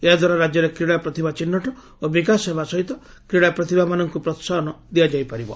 ଏହାଦ୍ୱାରା ରାକ୍ୟରେ କ୍ରୀଡ଼ା ପ୍ରତିଭା ଚିହ୍ନଟ ଓ ବିକାଶ ହେବା ସହିତ କ୍ରୀଡ଼ା ପ୍ରତିଭାମାନଙ୍କୁ ପ୍ରୋସାହନ ଦିଆଯାଇ ପାରିବ